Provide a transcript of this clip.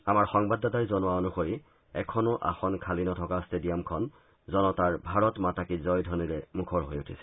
আমাৰ সংবাদদাতাই জনোৱা অনুসৰি এখনো আসন খালী নথকা ষ্টেডিয়ামখন জনতাৰ ভাৰত মাতা কী জয় ধবনিৰে মুখৰ হৈ উঠিছিল